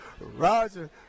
Roger